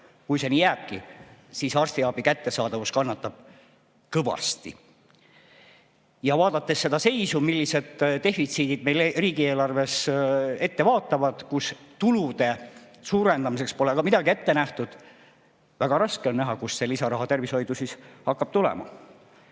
Kui see nii jääbki, siis arstiabi kättesaadavus kannatab kõvasti. Ja vaadates seda seisu, millised defitsiidid vaatavad meile vastu riigieelarvest, kus tulude suurendamiseks pole ka midagi ette nähtud, on väga raske näha, kust see lisaraha tervishoidu hakkab